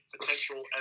potential